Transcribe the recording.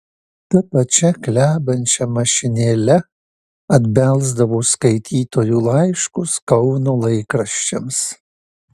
ta pačia klebančia mašinėle atbelsdavo skaitytojų laiškus kauno laikraščiams